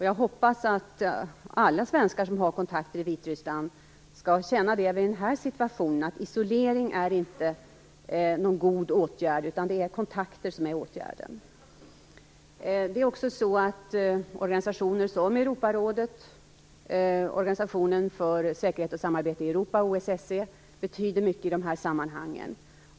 Jag hoppas att alla svenskar som har kontakter i Vitryssland skall känna att isolering inte är någon god åtgärd i den här situationen. Det är kontakter som är den rätta åtgärden. Organisationer som t.ex. Europarådet och Organisationen för säkerhet och samarbete i Europa - OSSE - betyder också mycket i dessa sammanhang.